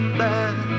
back